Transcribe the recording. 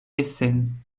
essen